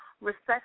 recession